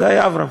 זה היה אברהם.